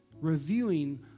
reviewing